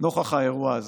נוכח האירוע הזה.